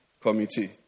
committee